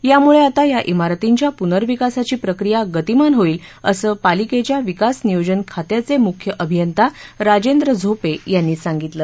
यामुळे आता या शिरतींच्या पुनर्विकासाची प्रक्रिया गतीमान होईल असं पालिकेच्या विकास नियोजन खात्याचे मुख्य अभियंता राजेंद्र झोपे यांनी सांगितलं